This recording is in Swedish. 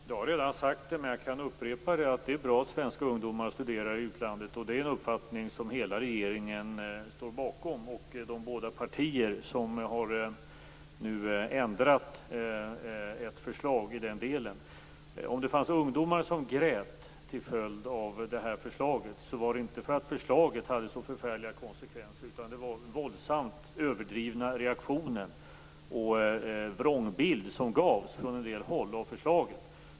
Fru talman! Jag har redan sagt det, men jag kan upprepa det. Det är bra att svenska ungdomar studerar i utlandet, och det är en uppfattning som hela regeringen och de båda partier som nu har ändrat förslaget i den delen står bakom. Om det fanns ungdomar som grät till följd av förslaget var det inte för att det hade så förfärliga konsekvenser utan det berodde i så fall på den våldsamt överdrivna reaktionen och den vrångbild som gavs av detta förslag från en del håll.